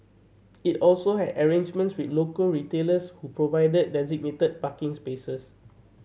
it also had arrangements with local retailers who provided designated parking spaces